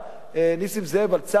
נסים זאב, על צער בעלי-חיים.